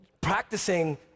practicing